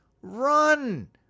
run